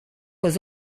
was